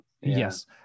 Yes